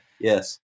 yes